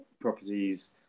properties